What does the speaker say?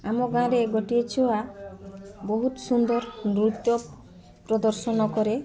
ଆମ ଗାଁରେ ଗୋଟିଏ ଛୁଆ ବହୁତ ସୁନ୍ଦର ନୃତ୍ୟ ପ୍ରଦର୍ଶନ କରେ